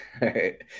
right